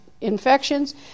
infections